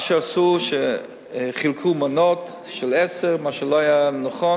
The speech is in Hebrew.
מה שעשו, חילקו מנות של 10, מה שלא היה נכון.